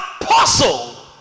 apostle